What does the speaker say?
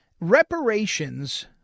Reparations